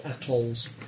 atolls